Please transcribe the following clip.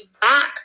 back